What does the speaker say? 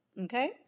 Okay